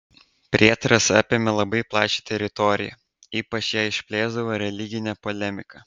prietaras apėmė labai plačią teritoriją ypač ją išplėsdavo religinė polemika